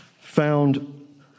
found